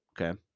okay